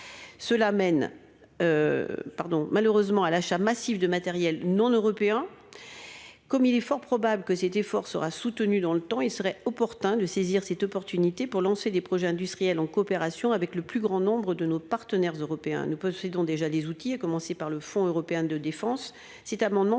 Pardon, malheureusement à l'achat massif de matériel non européens. Comme il est fort probable que cet effort sera soutenue dans le temps, il serait opportun de saisir cette opportunité pour lancer des projets industriels en coopération avec le plus grand nombre de nos partenaires européens. Nous possédons déjà les outils à commencer par le Fonds européen de défense, cet amendement